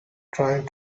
trying